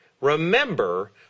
Remember